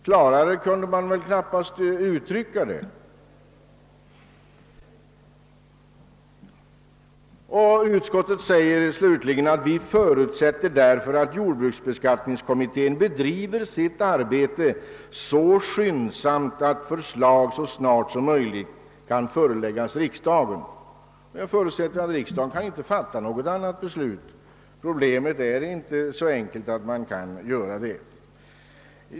Klarare kunde man väl knappast uttrycka detta. Utskottet säger slutligen: »Utskottet förutsätter därför att arbetet inom jordbruksbeskattningskommittén bedrivs skyndsamt, så att förslag till bestämmelser i ämnet så snart som möjligt kan föreläggas riksdagen.» Jag förutsätter att riksdagen inte kan fatta något annat beslut. Problemet är inte så enkelt att man kan göra det.